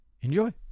Enjoy